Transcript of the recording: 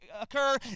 occur